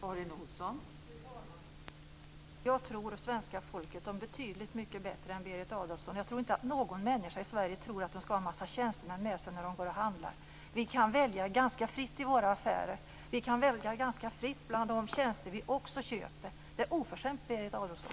Fru talman! Jag tror svenska folket om betydligt bättre än vad Berit Adolfsson gör. Jag tror inte att människor i Sverige tror att de skall ha en massa tjänstemän med sig när de går och handlar. Vi kan välja ganska fritt i våra affärer. Vi kan också välja ganska fritt bland de tjänster vi köper. Det är oförskämt, Berit Adolfsson.